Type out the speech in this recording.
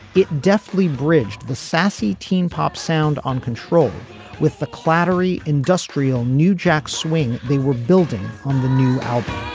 it deftly bridged the sassy teen pop sound on control with the clattering industrial new jack swing they were building on the new album